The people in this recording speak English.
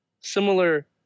Similar